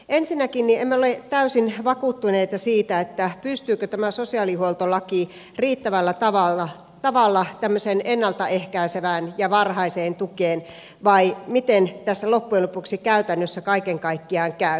ensinnäkin emme ole täysin vakuuttuneita siitä pystyykö tämä sosiaalihuoltolaki riittävällä tavalla ennalta ehkäisevään ja varhaiseen tukeen vai miten tässä loppujen lopuksi käytännössä kaiken kaikkiaan käy